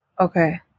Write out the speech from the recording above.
Okay